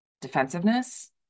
Defensiveness